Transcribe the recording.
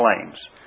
claims